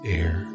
air